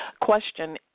question